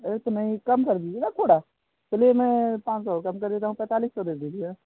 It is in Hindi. अरे तो नहीं कम कर दीजिए ना थोड़ा चलिए मैं पाँच सौ कम कर देता हूँ पैंतालीस सौ दे दीजिए